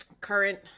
current